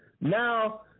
Now